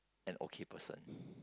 an okay person